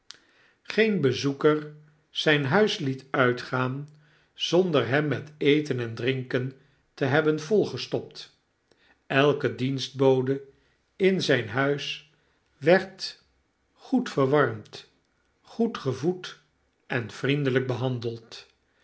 geen bezoeker zyn huis liet uitgaan zonder hem met eten en drinken te hebben volgestopt elke dienstbode in zyn huis werd goed verwarmd goed gevoed en vriendelyk benandeld